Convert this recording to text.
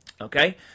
Okay